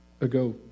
ago